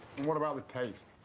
and what about the taste?